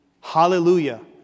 Hallelujah